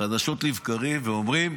חדשות לבקרים ואומרים: